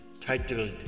titled